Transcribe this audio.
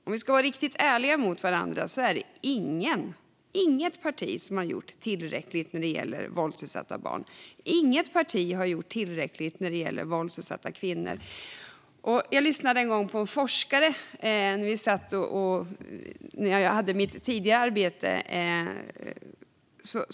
Om vi ska vara riktigt ärliga mot varandra är det dock inget parti som har gjort tillräckligt när det gäller våldsutsatta barn. Inget parti har heller gjort tillräckligt när det gäller våldsutsatta kvinnor. Jag lyssnade en gång på en forskare; det var när jag hade mitt tidigare arbete.